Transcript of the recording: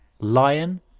lion